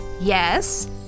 Yes